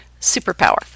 superpower